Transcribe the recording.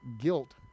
guilt